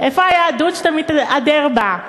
איפה היהדות שאתה מתהדר בה?